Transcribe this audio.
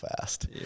fast